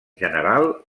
general